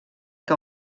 que